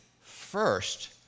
first